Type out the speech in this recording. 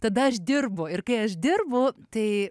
tada aš dirbu ir kai aš dirbu tai